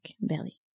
belly